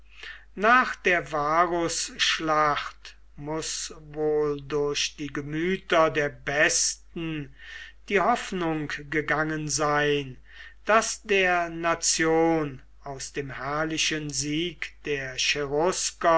nach der varusschlacht muß wohl durch die gemüter der besten die hoffnung gegangen sein daß der nation aus dem herrlichen sieg der